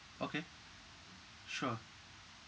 okay sure